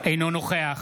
אינו נוכח